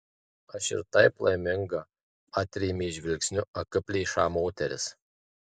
aš ir taip laiminga atrėmė žvilgsniu akiplėšą moteris